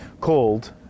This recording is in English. called